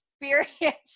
experience